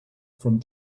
from